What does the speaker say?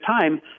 time